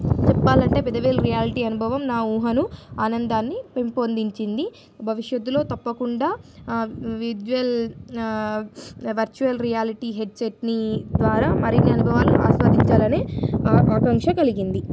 చెప్పాలంటే ప పెదవేల్ రియాలటీ అనుభవం నా ఊహను ఆనందాన్ని పెంపొందించిింది భవిష్యత్తులో తప్పకుండా విజ్యువల్ వర్చువల్ రియాలిటీ హెడ్సెట్ని ద్వారా మరిన్ని అనుభవాన్ని ఆస్వాదించాలని ఆకాంక్ష కలిగింది